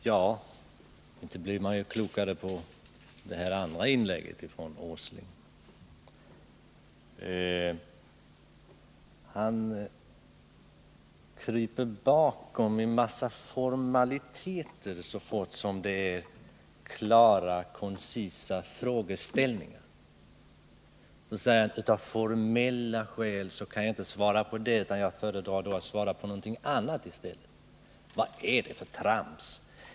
Herr talman! Ja, inte blir man klokare av det andra inlägget från Nils Åsling. Han kryper bakom en massa formaliteter så fort som det gäller klara, koncisa frågeställningar. Då säger han: Av formella skäl kan jag inte svara på det, utan jag föredrar att svara på något annat i stället. Vad är det för trams!